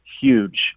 huge